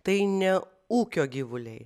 tai ne ūkio gyvuliai